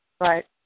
Right